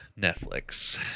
Netflix